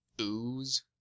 ooze